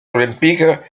olympiques